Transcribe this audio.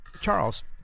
Charles